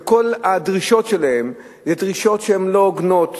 שכל הדרישות שלהם הן דרישות שהן לא הוגנות,